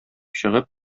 чыгып